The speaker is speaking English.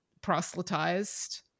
proselytized